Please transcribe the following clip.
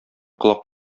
колак